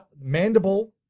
Mandible